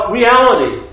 reality